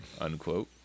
Unquote